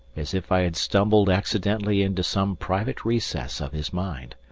as if i had stumbled accidentally into some private recess of his mind.